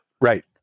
right